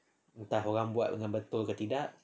entah orang buat macam betul ke tidak